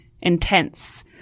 intense